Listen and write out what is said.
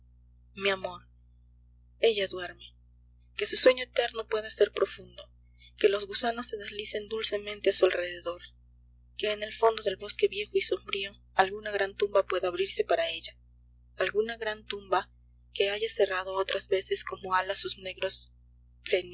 mi amor ella duerme que su sueño eterno pueda ser profundo que los gusanos se deslicen dulcemente a su alrededor que en el fondo del bosque viejo y sombrío alguna gran tumba pueda abrirse para ella alguna gran tumba que haya cerrado otras veces como alas sus negros